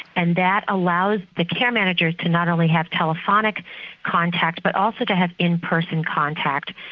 and that allows the care managers to not only have telephonic contact but also to have in person contact,